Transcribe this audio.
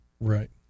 Right